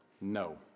No